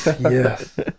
Yes